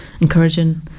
encouraging